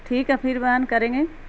ٹھیک ہے پھر بعد میں کریں گے